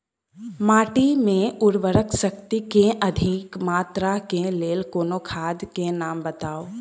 माटि मे उर्वरक शक्ति केँ अधिक मात्रा केँ लेल कोनो खाद केँ नाम बताऊ?